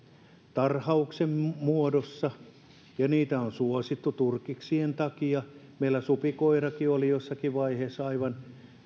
tarhauksen muodossa ja niitä on suosittu turkiksien takia meillä supikoirakin oli jossakin vaiheessa aivan